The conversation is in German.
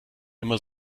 immer